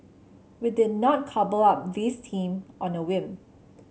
we did not cobble up this team on a whim